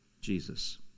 Jesus